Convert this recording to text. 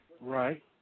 Right